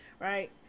right